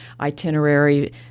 itinerary